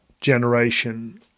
generation